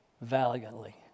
valiantly